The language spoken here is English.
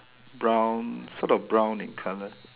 brown sort of brown in color